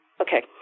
Okay